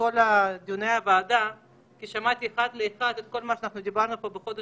בכל דיון כולם תמימי דיון שאם אנחנו רוצים לשקם את עצמנו כחברה,